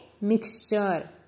Mixture